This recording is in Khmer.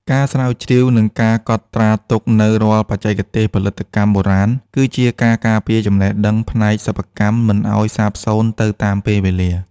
ការស្រាវជ្រាវ និងការកត់ត្រាទុកនូវរាល់បច្ចេកទេសផលិតកម្មបុរាណ គឺជាការការពារចំណេះដឹងផ្នែកសិប្បកម្មមិនឱ្យសាបសូន្យទៅតាមពេលវេលា។